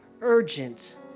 urgent